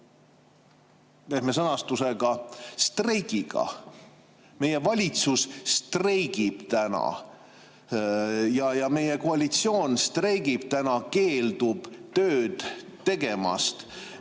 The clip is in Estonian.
pehme sõnastusega, streigiga. Meie valitsus streigib täna. Meie koalitsioon streigib täna, keeldub tööd tegemast.